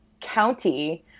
county